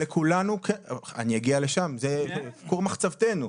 אני אגיע לשם, זה כור מחצבתנו.